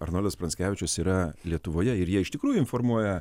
arnoldas pranckevičius yra lietuvoje ir jie iš tikrųjų informuoja